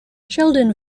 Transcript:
sheldon